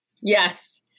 Yes